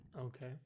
Okay